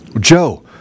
Joe